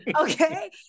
okay